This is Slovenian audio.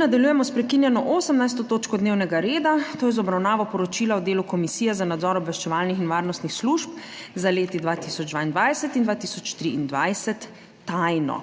Nadaljujemo sprekinjeno 18. točko dnevnega reda, to je z obravnavo Poročila o delu Komisije za nadzor obveščevalnih in varnostnih služb za leti 2022 in 2023 (TAJNO).